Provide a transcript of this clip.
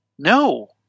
No